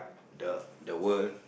the the world